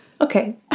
Okay